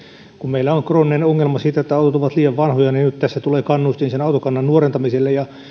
kun meillä on krooninen ongelma siinä että autot ovat liian vanhoja niin nyt tässä tulee kannustin sen autokannan nuorentamiselle